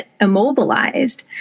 immobilized